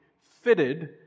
fitted